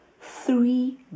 three